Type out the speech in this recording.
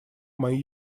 мои